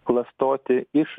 klastoti iš